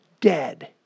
dead